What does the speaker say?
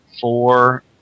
four